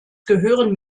gehören